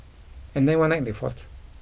and then one night they fought